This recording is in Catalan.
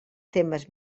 temes